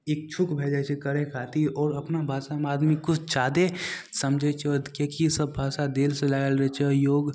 इच्छुक भै जाइ छै करै खातिर आओर अपना भाषामे आदमी किछु जादे समझै छै किएकि ईसब भाषा दिलसे लगाएल रहै छै आओर योग